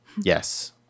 yes